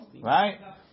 Right